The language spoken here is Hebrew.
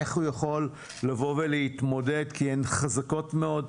איך הוא יכול לבוא ולהתמודד כי הן חזקות מאוד,